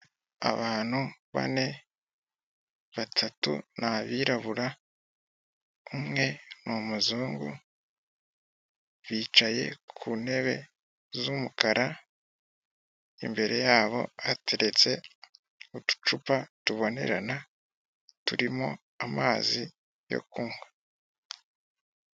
Abantu bane, batatu ni abirabura, umwe ni umuzungu, bicaye ku ntebe z'umukara, imbere yabo hateretse uducupa tubonerana turimo amazi yo kunywa.